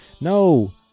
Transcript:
No